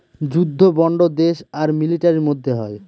যুদ্ধ বন্ড দেশ আর মিলিটারির মধ্যে হয়